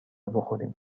بخوریم